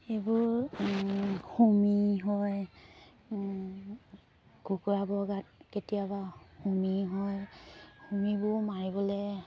এইবোৰ হুমি হয় কুকুৰাবোৰৰ গাত কেতিয়াবা হুমি হয় হুমিবোৰ মাৰিবলৈ